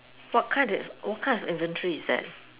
what kind of what kind of inventory is that